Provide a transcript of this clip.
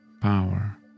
power